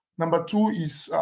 number two is